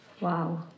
Wow